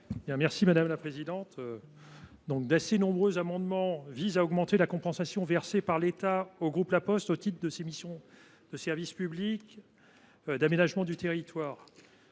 l’avis de la commission ? D’assez nombreux amendements visent à augmenter la compensation versée par l’État au groupe La Poste au titre de ses missions de service public d’aménagement du territoire.